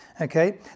Okay